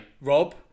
Rob